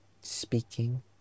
speaking